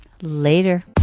later